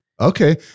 Okay